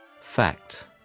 Fact